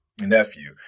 nephew